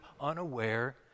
unaware